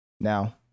Now